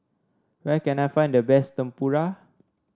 where can I find the best Tempura